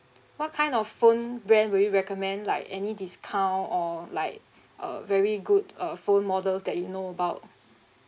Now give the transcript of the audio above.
what kind of phone brand will you recommend like any discount or like a very good uh phone models that you know about